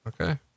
okay